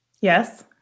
Yes